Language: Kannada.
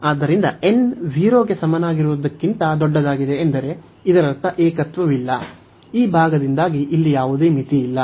ಆದ್ದರಿಂದ n 0 ಗೆ ಸಮನಾಗಿರುವುದಕ್ಕಿಂತ ದೊಡ್ಡದಾಗಿದೆ ಎಂದರೆ ಇದರರ್ಥ ಏಕತ್ವವಿಲ್ಲ ಈ ಭಾಗದಿಂದಾಗಿ ಇಲ್ಲಿ ಯಾವುದೇ ಮಿತಿಯಿಲ್ಲ